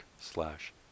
slash